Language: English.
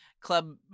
club